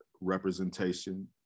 representation